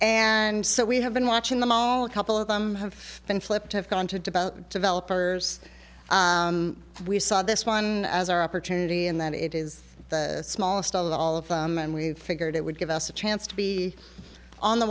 and so we have been watching them all a couple of them have been flipped have gone to develop developers we saw this one as our opportunity in that it is the smallest of all of them and we've figured it would give us a chance to be on the